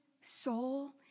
soul